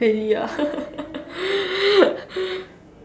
crazy ah